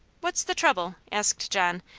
what's the trouble? asked john,